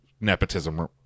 nepotism